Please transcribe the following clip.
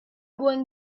going